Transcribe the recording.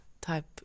type